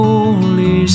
Holy